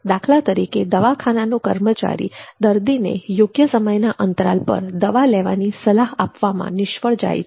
દાખલા તરીકે દવાખાનાનો કર્મચારી દર્દીને યોગ્ય સમયના અંતરાલ પર દવા લેવાની સલાહ આપવામાં નિષ્ફળ જાય છે